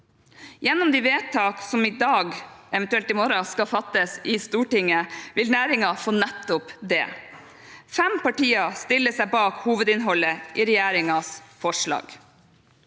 Gjennom de vedtak som i dag – eventuelt i morgen – skal fattes i Stortinget, vil næringen få nettopp det. Fem partier stiller seg bak hovedinnholdet i regjeringens forslag.